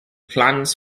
plans